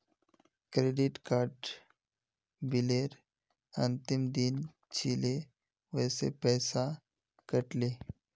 credit card बिलेर अंतिम दिन छिले वसे पैसा कट ले